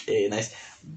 eh nice